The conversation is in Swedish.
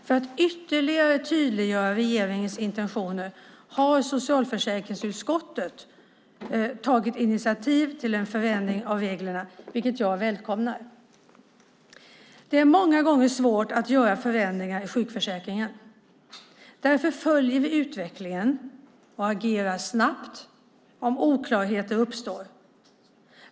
För att ytterligare tydliggöra regeringens intentioner har socialförsäkringsutskottet tagit initiativ till en förändring av reglerna, vilket jag välkomnar. Det är många gånger svårt att göra förändringar i sjukförsäkringen. Därför följer vi utvecklingen och agerar snabbt om oklarheter uppstår.